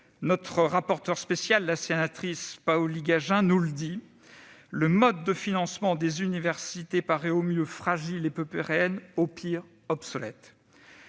Notre rapporteur spécial, la sénatrice Paoli-Gagin, nous le dit :« Le mode de financement des universités paraît au mieux fragile et peu pérenne, au pire obsolète. ».